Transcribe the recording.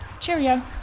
cheerio